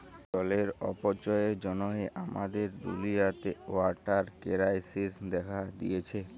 জলের অপচয়ের জ্যনহে আমাদের দুলিয়াতে ওয়াটার কেরাইসিস্ দ্যাখা দিঁয়েছে